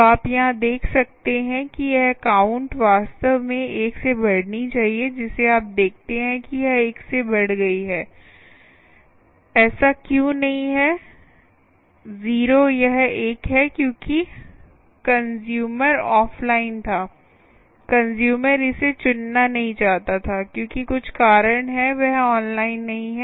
तो आप यहां देख सकते हैं कि यह काउंट वास्तव में एक से बढ़नी चाहिए जिसे आप देखते हैं कि यह एक से बढ़ गई है ऐसा क्यों नहीं है 0 यह एक है क्योंकि कंस्यूमर ऑफ़लाइन था कंस्यूमर इसे चुनना नहीं चाहता था क्योंकि कुछ कारण है वह ऑनलाइन नहीं है